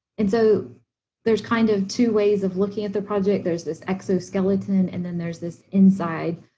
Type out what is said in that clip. and so there's kind of two ways of looking at the project. there's this exoskeleton, and then there's this inside,